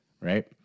right